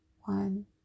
One